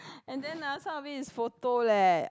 and then ah some of it is photo leh